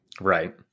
Right